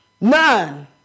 none